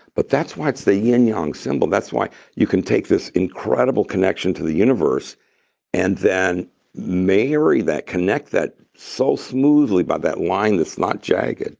but that's why it's the yin yang symbol. that's why you can take this incredible connection to the universe and then marry that, connect that so smoothly by that line that's not jagged.